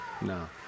No